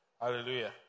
Hallelujah